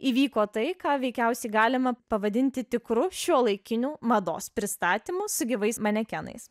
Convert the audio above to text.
įvyko tai ką veikiausiai galima pavadinti tikru šiuolaikinių mados pristatymu su gyvais manekenais